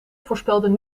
voorspelden